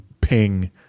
ping